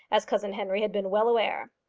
as cousin henry had been well aware.